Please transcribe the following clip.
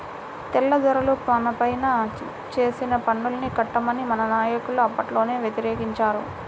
తెల్లదొరలు మనపైన వేసిన పన్నుల్ని కట్టమని మన నాయకులు అప్పట్లోనే వ్యతిరేకించారు